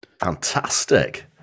Fantastic